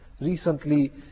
Recently